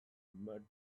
mud